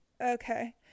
okay